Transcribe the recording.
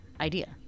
idea